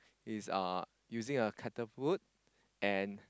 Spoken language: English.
he's uh using a catapult and